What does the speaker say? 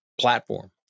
platform